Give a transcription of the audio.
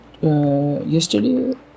yesterday